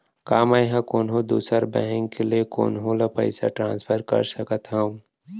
का मै हा कोनहो दुसर बैंक ले कोनहो ला पईसा ट्रांसफर कर सकत हव?